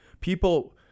People